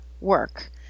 work